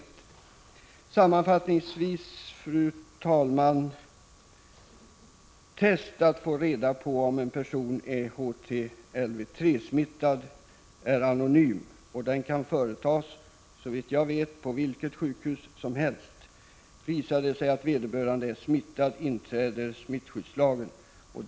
Sammanfattningsvis vill jag säga, fru talman, att tester för att få reda på om en person är HTLV-III-smittad är anonyma. De kan, såvitt jag vet, företas på vilket sjukhus som helst. Visar det sig att vederbörande är smittad, inträder smittskyddslagen.